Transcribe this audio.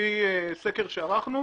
לפי סקר שערכנו,